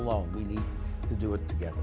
alone we need to do it together